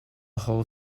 whole